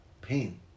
pain